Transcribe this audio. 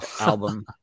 album